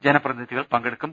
ജന പ്രതിനിധികൾ പങ്കെടുക്കും